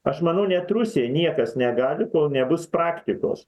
aš manau net rusijaj niekas negali kol nebus praktikos